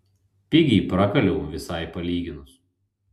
pigiai prakaliau visai palyginus